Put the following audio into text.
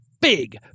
Big